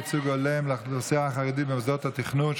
ייצוג הולם לאוכלוסייה החרדית במוסדות התכנון),